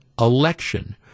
election